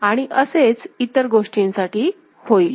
आणि असेच इतर गोष्टींसाठी होईल